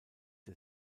der